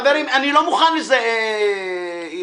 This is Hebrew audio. חברים, אני לא מוכן לזה, נורית.